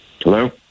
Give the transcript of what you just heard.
Hello